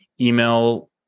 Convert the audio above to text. email